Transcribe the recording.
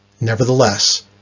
Nevertheless